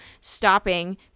stopping